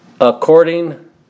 According